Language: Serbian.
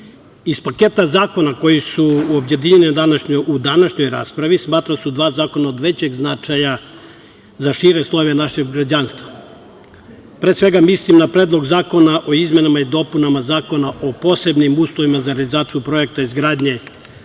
paketa zakona koji su objedinjeni u današnjoj raspravi smatram da su dva zakona od većeg značaja za šire slojeve našeg građanstva. Pre svega, mislim na Predlog zakona o izmenama i dopunama Zakona o posebnim uslovima za realizaciju projekta „Izgradnje